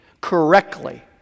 correctly